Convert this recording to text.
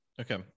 Okay